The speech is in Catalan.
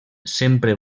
sempre